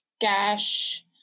cash